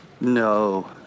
No